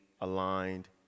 aligned